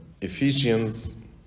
Ephesians